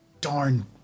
darn